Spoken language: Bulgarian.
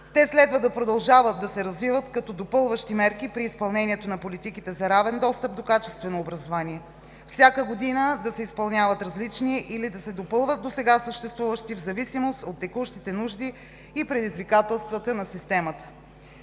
Те следва да продължават да се развиват като допълващи мерки при изпълнението на политиките за равен достъп до качествено образование. Всяка година да се изпълняват различни или да се допълват досега съществуващи в зависимост от текущите нужди и предизвикателствата на системата.